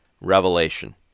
Revelation